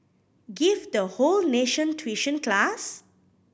give the whole nation tuition class